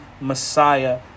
Messiah